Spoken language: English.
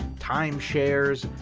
timeshares,